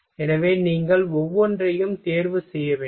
எனவே நீங்கள் ஒவ்வொன்றையும் தேர்வு செய்ய வேண்டும்